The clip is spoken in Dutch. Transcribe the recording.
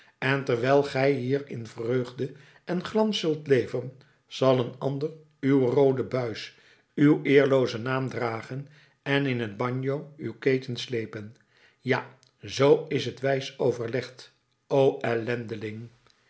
en terwijl gij hier in vreugde en glans zult leven zal een ander uw roode buis uw eerloozen naam dragen en in het bagno uw keten sleepen ja zoo is het wijs overlegd o